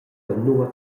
nua